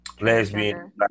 lesbian